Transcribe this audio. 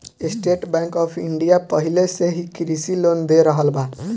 estate Bank of India पाहिले से ही कृषि लोन दे रहल बा